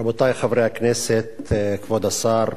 אדוני היושב-ראש, רבותי חברי הכנסת, כבוד השר,